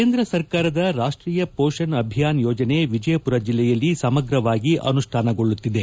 ಕೇಂದ್ರ ಸರ್ಕಾರದ ರಾಷ್ಟೀಯ ಮೋಷಕ್ ಅಭಿಯಾನ್ ಯೋಜನೆ ವಿಜಯಪುರ ಜಿಲ್ಲೆಯಲ್ಲಿ ಸಮಗ್ರವಾಗಿ ಅನುಷ್ಟಾನಗೊಳ್ಳುತ್ತಿದೆ